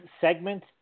segment